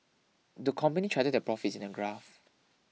the company charted their profits in a graph